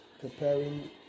preparing